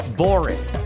boring